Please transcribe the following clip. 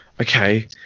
okay